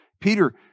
Peter